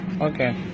Okay